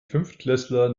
fünftklässler